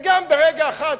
וגם ברגע אחד,